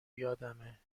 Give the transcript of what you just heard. یادمه